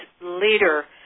leader